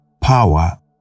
power